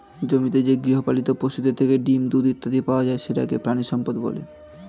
জমিতে যে গৃহপালিত পশুদের থেকে ডিম, দুধ ইত্যাদি পাওয়া যায় সেটাকে প্রাণিসম্পদ বলে